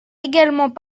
également